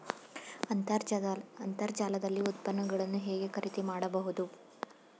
ಅಂತರ್ಜಾಲದಲ್ಲಿ ಉತ್ಪನ್ನಗಳನ್ನು ಹೇಗೆ ಖರೀದಿ ಮಾಡುವುದು?